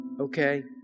Okay